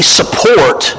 support